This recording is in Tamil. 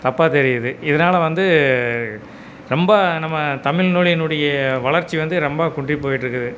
தப்பாக தெரியுது இதனால் வந்து ரொம்ப நம்ம தமிழ் மொழியினுடைய வளர்ச்சி வந்து ரொம்ப குன்றிப் போயிகிட்டு இருக்குது